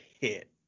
hit